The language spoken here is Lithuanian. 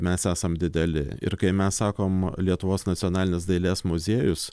mes esam dideli ir kai mes sakom lietuvos nacionalinis dailės muziejus